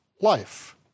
life